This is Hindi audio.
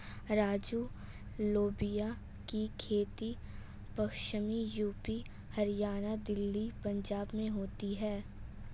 राजू लोबिया की खेती पश्चिमी यूपी, हरियाणा, दिल्ली, पंजाब में होती है